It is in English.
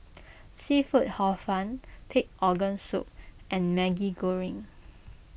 Seafood Hor Fun Pig Organ Soup and Maggi Goreng